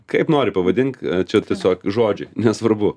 kaip nori pavadink čia tiesiog žodžiai nesvarbu